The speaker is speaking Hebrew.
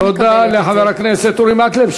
תודה לחבר הכנסת אורי מקלב.